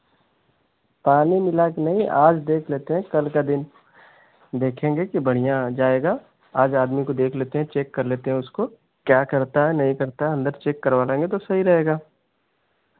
पानी मिला के नहीं आज देख लेते हैं कल का दिन देखेंगे कि बढ़ियाँ आ जाएगा आज आदमी को देख लेते हैं चेक कर लेते हैं उसको क्या करता है नहीं करता है अंदर चेक करवा लेंगे तो सही रहेगा